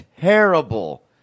terrible